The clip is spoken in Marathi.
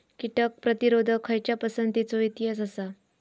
कीटक प्रतिरोधक खयच्या पसंतीचो इतिहास आसा?